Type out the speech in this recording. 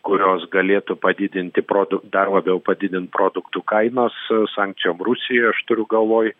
kurios galėtų padidinti produkt dar labiau padidint produktų kainas sankcijom rusijai aš turiu galvoj